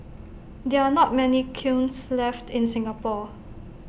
there are not many kilns left in Singapore